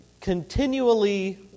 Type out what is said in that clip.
continually